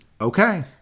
Okay